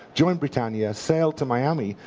joined britannia, sailed to miami,